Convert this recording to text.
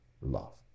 love